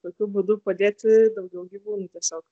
tokiu būdu padėti daugiau gyvūnų tiesiog